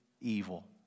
evil